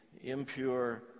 impure